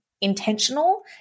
intentional